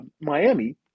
Miami